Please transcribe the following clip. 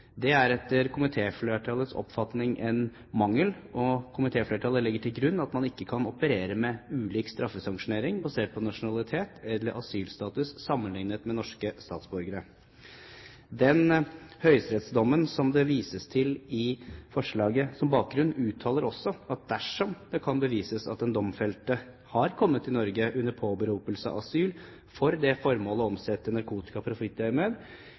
Det er etter komitéflertallets oppfatning en mangel, og komitéflertallet legger til grunn at man ikke kan operere med ulik straffesanksjonering basert på nasjonalitet eller asylstatus sammenlignet med norske statsborgere. I den høyesterettsdommen som det vises til i forslaget som bakgrunn, uttales det også at dersom det kan bevises at den domfelte har kommet til Norge under påberopelse av asyl for det formål å omsette narkotika